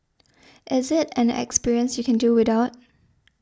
is it an experience you can do without